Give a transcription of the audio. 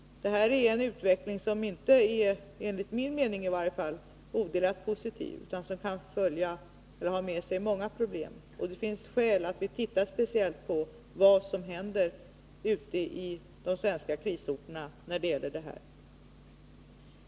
Det här är en utveckling som inte, i varje fall enligt min mening, är odelat positiv utan som kan föra med sig många problem. Det finns alltså skäl att vi tittar speciellt på vad som händer ute i de svenska krisorterna när det gäller denna fråga.